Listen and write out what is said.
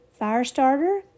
Firestarter